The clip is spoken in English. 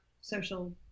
social